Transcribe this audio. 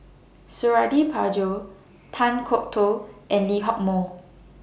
Suradi Parjo Kan Kwok Toh and Lee Hock Moh